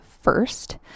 first